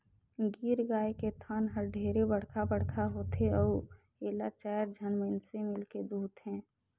गीर गाय के थन हर ढेरे बड़खा बड़खा होथे अउ एला चायर झन मइनसे मिलके दुहथे